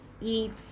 eat